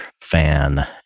fan